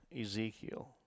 Ezekiel